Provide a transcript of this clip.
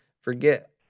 forget